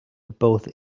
both